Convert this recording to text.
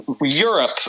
Europe